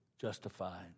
justified